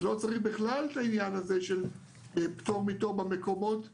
אז לא צריך בכלל את העניין הזה של פטור מתור במקומות האלה.